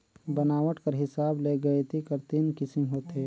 बनावट कर हिसाब ले गइती कर तीन किसिम होथे